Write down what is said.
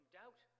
doubt